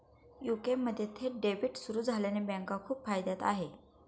UK मध्ये थेट debit सुरू झाल्याने बँका खूप फायद्यात आहे